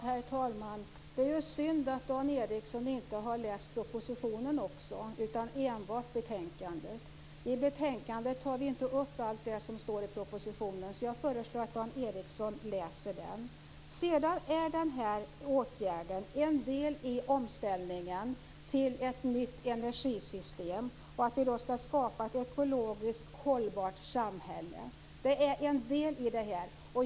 Herr talman! Det är synd att Dan Ericsson inte har läst propositionen utan enbart betänkandet. I betänkandet tar vi inte upp allt det som står i propositionen. Jag föreslår att Dan Ericsson läser den. Den här åtgärden är en del i omställningen till ett nytt energisystem och skapandet av ett ekologiskt hållbart samhälle.